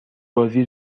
بازی